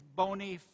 bony